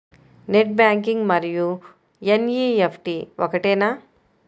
Net banking మరియు NEFT ఒకటేనా?